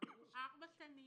עברו ארבע שנים.